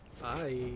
Bye